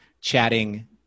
chatting